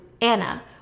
Anna